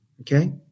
okay